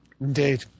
Indeed